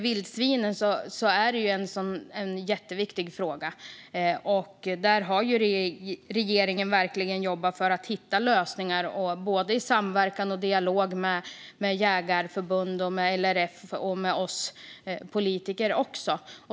Vildsvinsfrågan är jätteviktig, och regeringen har verkligen jobbat för att hitta lösningar i samverkan och dialog med jägarförbunden, LRF och oss politiker.